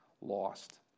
lost